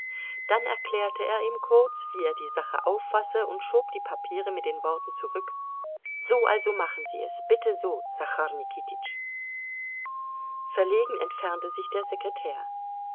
dann erklärte er ihm kurz wie er die sache auffasse und schob die papiere mit den worten zurück so also machen sie es bitte so sachar nikitisch verlegen entfernte sich der sekretär